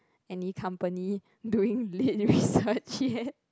any company doing lit research yet